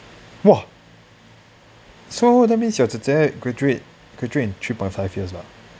!wah! so that means your 姐姐 graduate graduate in three point five years lah